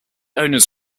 owners